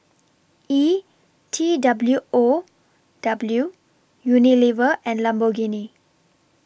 E T W O W Unilever and Lamborghini